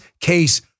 case